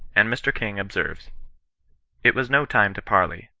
and mr. king observes it was no time to parley.